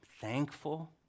thankful